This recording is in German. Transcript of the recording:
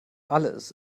alles